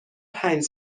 پنج